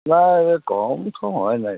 না এবার কম সম হয় নাই